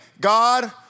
God